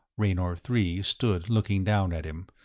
raynor three stood looking down at him,